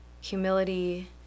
humility